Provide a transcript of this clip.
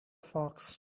fox